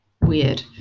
weird